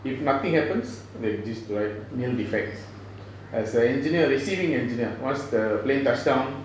if nothing happens they just write nil defects as an engineer receiving engineer once the plane touched down